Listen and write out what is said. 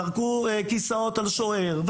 זרקו כסאות על שוער,